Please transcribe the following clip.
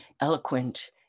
eloquent